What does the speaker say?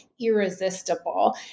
irresistible